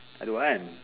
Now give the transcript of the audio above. I don't want